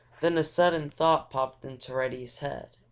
then a sudden thought popped into reddy's head,